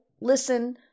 listen